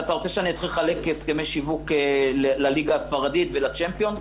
אתה רוצה שאני אתחיל לחלק הסכמי שיווק לליגה הספרדית ולצ'מפיון?